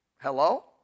Hello